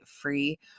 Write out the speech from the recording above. free